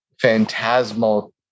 phantasmal